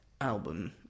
album